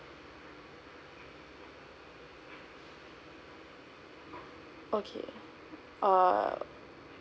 okay err